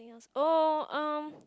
oh um